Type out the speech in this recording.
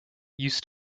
used